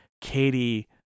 Katie